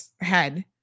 head